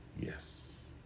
Yes